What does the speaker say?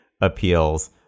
appeals